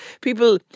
people